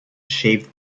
shaved